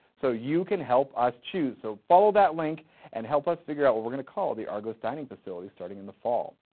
so you can help us choose! so, follow that link and help us figure out what we're gonna call the argos dining facilities starting in the fall.